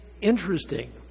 interesting